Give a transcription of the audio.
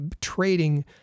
trading